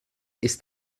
ist